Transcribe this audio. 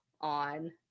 on